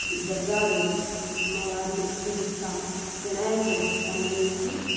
దుర్గాదేవి అమ్మవారిని పూజిస్తాము వినాయక చవితికి సంబంధించి